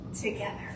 together